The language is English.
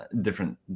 different